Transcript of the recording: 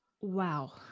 Wow